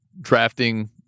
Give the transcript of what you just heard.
drafting